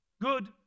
good